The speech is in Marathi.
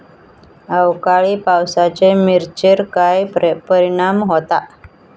अवकाळी पावसाचे मिरचेर काय परिणाम होता?